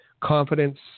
confidence